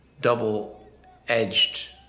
double-edged